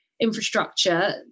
infrastructure